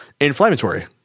inflammatory